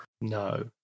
No